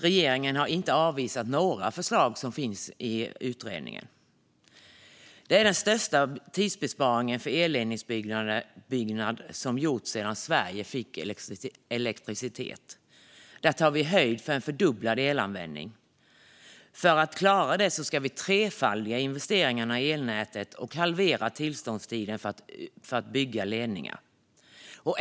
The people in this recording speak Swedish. Regeringen har inte avvisat några förslag som finns i utredningen. Detta är den största tidsbesparingen för elledningsbyggande som gjorts sedan Sverige fick elektricitet. Vi tar höjd för fördubblad elanvändning. För att klara det ska vi trefaldiga investeringarna i elnäten och halvera tillståndstiden för att bygga ledningar.